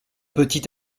petit